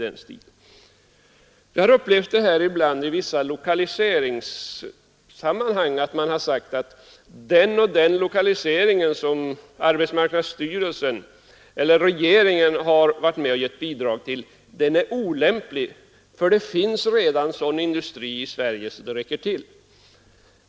Jag har upplevt i vissa lokaliseringssammanhang att man har sagt, att den och den lokaliseringen som arbetsmarknadsstyrelsen eller regeringen har gett bidrag till är olämplig, för det finns redan sådan industri i Sverige att det räcker till.